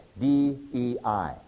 D-E-I